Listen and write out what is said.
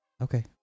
Okay